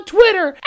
Twitter